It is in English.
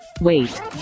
Wait